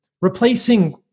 replacing